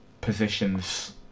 positions